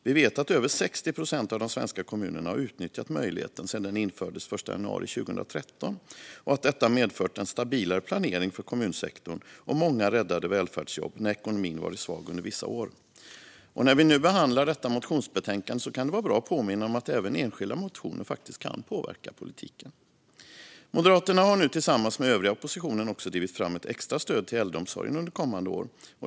Vi vet att över 60 procent av de svenska kommunerna har utnyttjat möjligheten sedan den infördes den 1 januari 2013 och att detta medfört en stabilare planering för kommunsektorn och många räddade välfärdsjobb när ekonomin varit svag under vissa år. När vi nu behandlar detta motionsbetänkande kan det vara bra att påminna om att även enskilda motioner faktiskt kan påverka politiken. Moderaterna har nu tillsammans med den övriga oppositionen också drivit fram ett extra stöd till äldreomsorgen under kommande år.